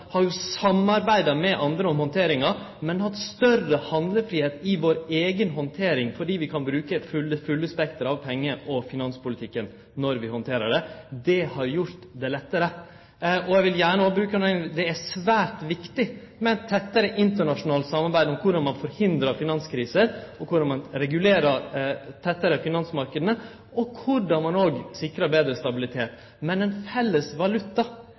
har jo samarbeidd med andre om handteringa, men vi har hatt større handlefridom i vår eiga handtering fordi vi kan bruke det fulle spekteret av penge- og finanspolitikken. Det har gjort det lettare. Det er svært viktig med eit tettare internasjonalt samarbeid om korleis ein forhindrar finanskriser, korleis ein regulerer finansmarknadene, og korleis ein òg sikrar betre stabilitet. Ein felles valuta